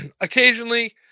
Occasionally